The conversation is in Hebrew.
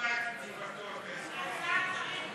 למה את לא מתקנת,